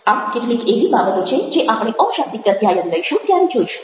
આ કેટલીક એવી બાબતો છે જે આપણે અશાબ્દિક પ્રત્યાયન લઈશું ત્યારે જોઈશું